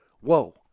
Whoa